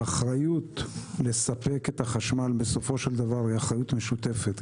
האחריות לספק את החשמל בסופו של דבר היא אחריות משותפת,